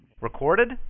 Recorded